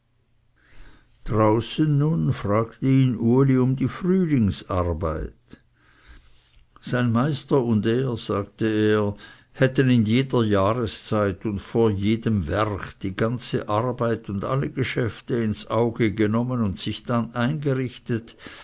draußen nun fragte ihn uli um die frühlingsarbeit sein meister und er sagte er hätten in jeder jahreszeit und vor jedem werch die ganze arbeit und alle geschäfte ins auge genommen und dann sich eingerichtet